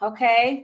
Okay